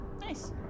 Nice